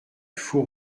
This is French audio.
four